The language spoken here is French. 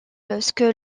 lorsque